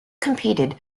competed